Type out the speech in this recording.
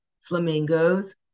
flamingos